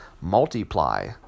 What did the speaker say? multiply